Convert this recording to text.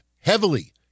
heavily